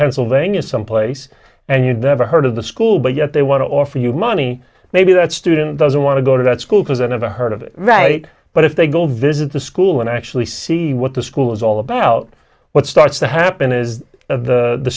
pennsylvania someplace and you've never heard of the school but yet they want to offer you money maybe that student doesn't want to go to that school because i never heard of it right but if they go visit the school and actually see what the school is all about what starts to happen is th